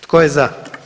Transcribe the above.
Tko je za?